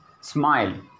smile